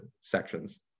sections